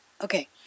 okay